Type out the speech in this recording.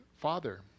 father